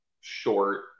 short